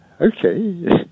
Okay